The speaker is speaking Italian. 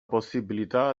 possibilità